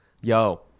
Yo